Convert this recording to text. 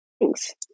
thanks